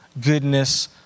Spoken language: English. goodness